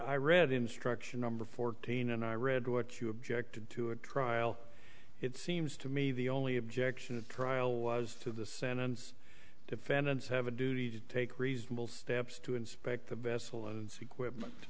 i read instruction number fourteen and i read what you objected to a trial it seems to me the only objection a trial was to the sentence defendants have a duty to take reasonable steps to inspect the ves